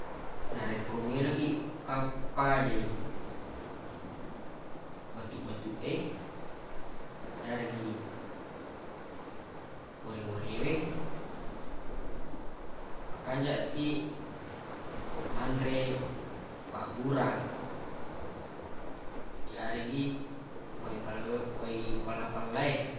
Narekko meloq kiq pappajai batuq-batuq e yareggi ore-orewe makanjaq kiq manre pabbura yareggi wai pel- wai pella-pellae